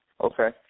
Okay